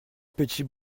petits